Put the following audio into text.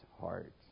heart